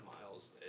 miles